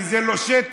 כי זה לא שטח,